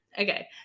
Okay